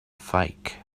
fake